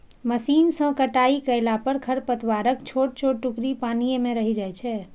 machine सं कटाइ कयला पर खरपतवारक छोट छोट टुकड़ी पानिये मे रहि जाइ छै